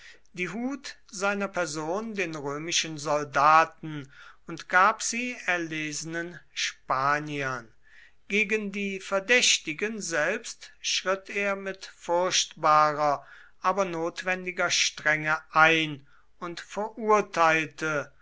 die hut seiner person den römischen soldaten und gab sie erlesenen spaniern gegen die verdächtigen selbst schritt er mit furchtbarer aber notwendiger strenge ein und verurteilte